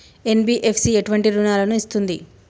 NBFC ఎటువంటి రుణాలను ఇస్తుంది?